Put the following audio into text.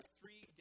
three